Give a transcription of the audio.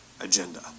agenda